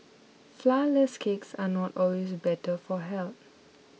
Flourless Cakes are not always better for health